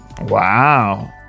Wow